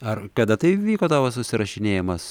ar kada tai vyko tavo susirašinėjimas